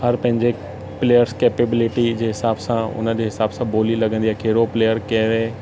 हर पंहिंजे players capability जे हिसाब सां उनजे हिसाब सां ॿोली लॻंदी आहे कहिड़ो प्लेयर कहिड़े